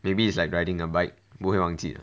maybe it's like riding a bike 不会忘记